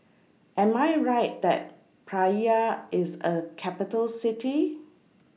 Am I Right that Praia IS A Capital City